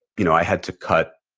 you know, i had to cut,